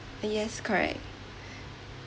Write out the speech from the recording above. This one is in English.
yes correct